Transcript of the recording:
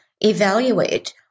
evaluate